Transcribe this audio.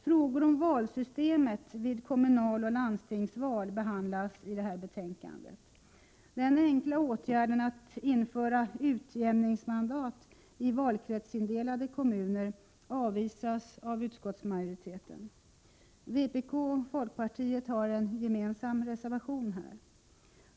Frågor om valsystemet vid kommunaloch landstingsval behandlas i betänkandet. Den enkla åtgärden att införa utjämningsmandat i valkretsindelade kommuner avvisas av utskottsmajoriteten. Vpk och folkpartiet har här en gemensam reservation.